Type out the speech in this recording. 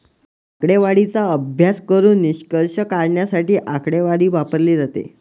आकडेवारीचा अभ्यास करून निष्कर्ष काढण्यासाठी आकडेवारी वापरली जाते